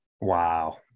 Wow